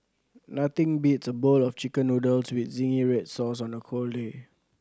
nothing beats a bowl of Chicken Noodles with zingy red sauce on a cold day